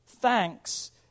Thanks